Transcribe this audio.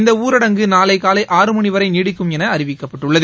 இந்த ஊரடங்கு நாளை காலை ஆறுமணிவரை நீடிக்கும் என அறிவிக்கப்பட்டுள்ளது